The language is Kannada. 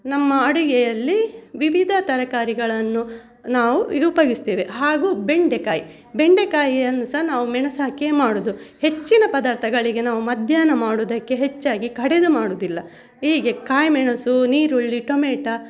ನಮ್ಮ ಅಡುಗೆಯಲ್ಲಿ ವಿವಿಧ ತರಕಾರಿಗಳನ್ನು ನಾವು ಉಪಯೋಗಿಸ್ತೇವೆ ಹಾಗೂ ಬೆಂಡೆಕಾಯಿ ಬೆಂಡೆಕಾಯಿಯನ್ನು ಸಹ ನಾವು ಮೆಣಸು ಹಾಕಿಯೇ ಮಾಡೋದು ಹೆಚ್ಚಿನ ಪದಾರ್ಥಗಳಿಗೆ ನಾವು ಮಧ್ಯಾಹ್ನ ಮಾಡೋದಕ್ಕೆ ಹೆಚ್ಚಾಗಿ ಕಡೆದು ಮಾಡೋದಿಲ್ಲ ಹೀಗೆ ಕಾಯಿಮೆಣಸು ಈರುಳ್ಳಿ ಟೊಮೆಟ